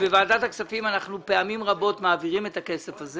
שבוועדת הכספים אנחנו פעמים רבות מעבירים את הכסף הזה